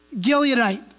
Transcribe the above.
Gileadite